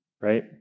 right